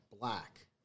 black